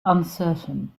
uncertain